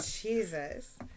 Jesus